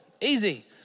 Easy